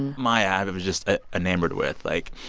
and maya i but was just ah enamored with. like,